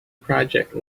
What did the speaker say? project